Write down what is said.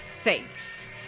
safe